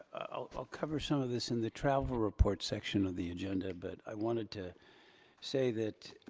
i'll cover some of this in the travel report section of the agenda, but i wanted to say that,